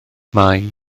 mai